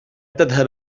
تذهب